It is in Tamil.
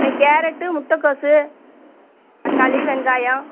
இந்த கேரட்டு முட்டக்கோஸ்ஸு தக்காளி வெங்காயம்